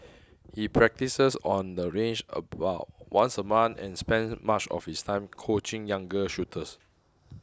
he practises on the range about once a month and spends much of his time coaching younger shooters